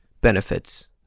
benefits